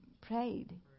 prayed